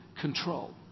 control